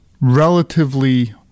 relatively